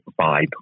Vibe